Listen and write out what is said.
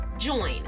join